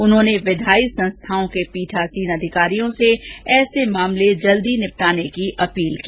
उन्होंने विधायी संस्थाओं के पीठासीन अधिकारियों से ऐसे मामले जल्दी निपटाने की अपील की